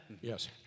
Yes